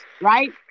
right